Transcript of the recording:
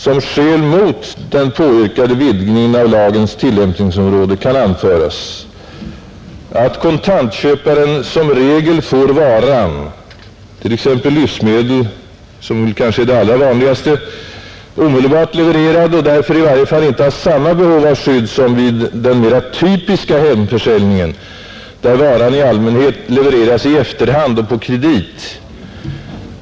Som skäl mot den påyrkade vidgningen av lagens tillämpningsområde kan anföras att kontantköparen som regel får varan — t.ex. livsmedel, som kanske är det allra vanligaste — omedelbart levererad och därför i varje fall inte har samma behov av skydd som vid den mera typiska hemförsäljningen, där varan i allmänhet levereras i efterhand och på kredit.